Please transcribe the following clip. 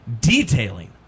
detailing